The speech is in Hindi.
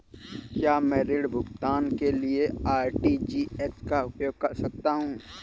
क्या मैं ऋण भुगतान के लिए आर.टी.जी.एस का उपयोग कर सकता हूँ?